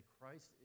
Christ